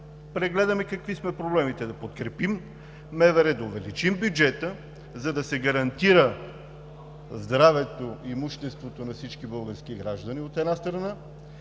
прегледаме какви са им проблемите, да подкрепим МВР, да увеличим бюджета, за да се гарантира здравето, имуществото на всички български граждани, от една страна,